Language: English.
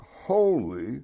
holy